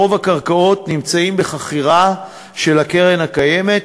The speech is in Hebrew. רוב הקרקעות נמצאות בחכירה של הקרן הקיימת,